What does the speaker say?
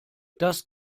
das